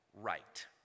right